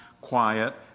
quiet